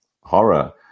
horror